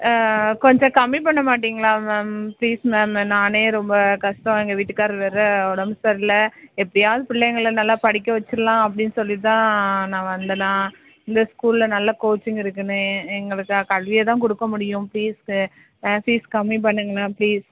கொஞ்சம் கம்மி பண்ணமாட்டீங்களா மேம் ப்ளீஸ் மேம் நானே ரொம்ப கஷ்டம் எங்கள் வீட்டுக்காரர் வேற உடம்பு சரியில்லை எப்படியாவது பிள்ளைங்கள நல்லா படிக்க வச்சிடலாம் அப்படின்னு சொல்லிட்டு தான் நான் வந்தேன் நான் இந்த ஸ்கூலில் நல்ல கோச்சிங் இருக்குதுன்னு எங்களுக்கு கல்வியை தான் கொடுக்க முடியும் ஃபீஸு ஃபீஸ் கம்மி பண்ணுங்களேன் ப்ளீஸ்